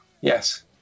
Yes